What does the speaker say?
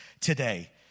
today